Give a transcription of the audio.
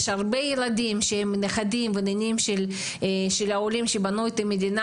יש הרבה ילדים שהם נכדים ונינים של העולים שבנו את המדינה,